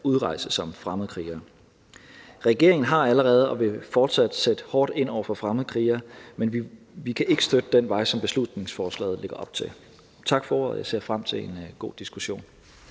udrejse som fremmedkrigere. Regeringen har allerede sat hårdt ind og vil fortsat sætte hårdt ind over for fremmedkrigere, men vi kan ikke støtte den vej, som beslutningsforslaget lægger op til at gå. Tak for ordet. Jeg ser frem til en god diskussion.